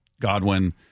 Godwin